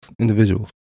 individuals